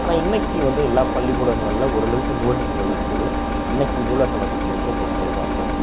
ஆனால் இன்றைக்கு வந்து எல்லா பள்ளிக்கூடங்களில் ஓரளவுக்கு நூலகங்கள் இருக்குது அன்றைக்கு நூலக வசதி வந்து ரொம்ப குறைவாக இருந்தது